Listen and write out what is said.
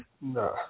No